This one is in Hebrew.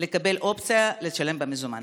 לקבל אופציה לשלם במזומן.